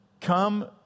Come